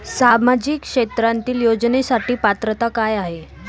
सामाजिक क्षेत्रांतील योजनेसाठी पात्रता काय आहे?